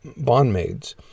bondmaids